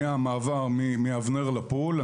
מהמעבר מאבנר לפול.